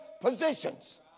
positions